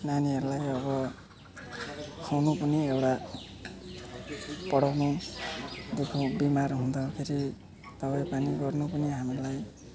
नानीहरूलाई अब खुवाउनु पनि एउटा पढाउनु दुःख बिमार हुँदाखेरि दबाई पानी गर्नु पनि हामीलाई